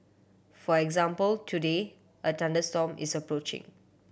for example today a thunderstorm is approaching